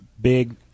big